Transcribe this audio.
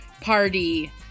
party